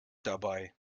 dabei